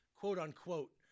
quote-unquote